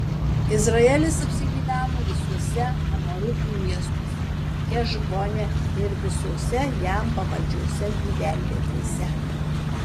izraelis apsigyveno visuose amoritų miestuose hešbone ir visose jam pavaldžiose gyvenvietėse